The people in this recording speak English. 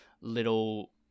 little